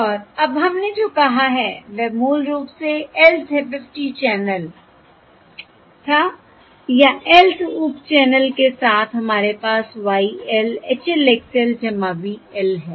और अब हमने जो कहा है वह मूल रूप से lth FFT चैनल था या lth उप चैनल के साथ हमारे पास Y l H l X l V l है